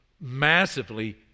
massively